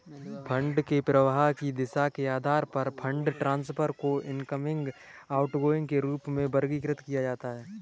fund के प्रवाह की दिशा के आधार पर फंड ट्रांसफर को इनकमिंग, आउटगोइंग के रूप में वर्गीकृत किया जाता है